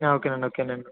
ఓకేనండి ఓకేనండి